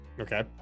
Okay